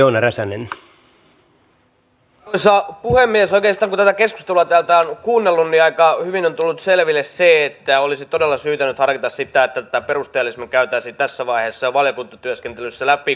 oikeastaan kun tätä keskustelua täältä on kuunnellut niin aika hyvin on tullut selville se että olisi todella syytä nyt harkita sitä että tätä perusteellisemmin käytäisiin tässä vaiheessa jo valiokuntatyöskentelyssä läpi